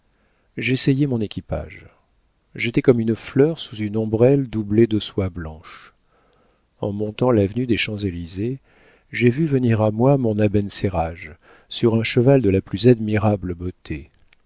j'essayais mon équipage j'étais comme une fleur sous une ombrelle doublée de soie blanche en montant l'avenue des champs-élysées j'ai vu venir à moi mon abencerrage sur un cheval de la plus admirable beauté